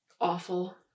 awful